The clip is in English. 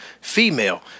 female